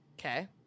Okay